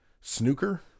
snooker